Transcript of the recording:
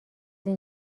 این